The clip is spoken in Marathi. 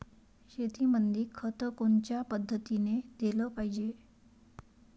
शेतीमंदी खत कोनच्या पद्धतीने देलं पाहिजे?